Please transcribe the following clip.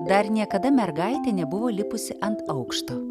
dar niekada mergaitė nebuvo lipusi ant aukšto